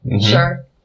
Sure